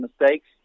mistakes